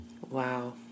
Wow